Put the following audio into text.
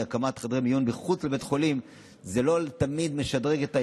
היא כי הקמת חדרי מיון מחוץ לבית חולים לא תמיד משדרגת את